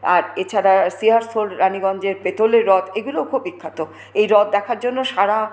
আর এছাড়া সিয়ারশোল রাণীগঞ্জের পেতলের রথ এগুলোও খুব বিখ্যাত এই রথ দেখার জন্য সারা